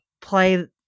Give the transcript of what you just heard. play